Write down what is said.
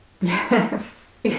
yes